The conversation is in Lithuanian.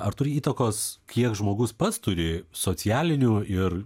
ar turi įtakos kiek žmogus pats turi socialinių ir